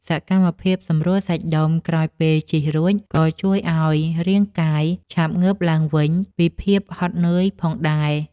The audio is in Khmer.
សកម្មភាពសម្រួលសាច់ដុំក្រោយពេលជិះរួច ក៏ជួយឱ្យរាងកាយឆាប់ងើបឡើងវិញពីភាពហត់នឿយផងដែរ។